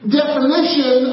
definition